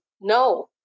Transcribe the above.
no